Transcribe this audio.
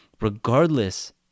regardless